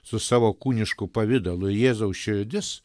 su savo kūnišku pavidalu jėzaus širdis